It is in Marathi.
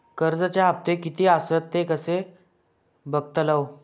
कर्जच्या हप्ते किती आसत ते कसे बगतलव?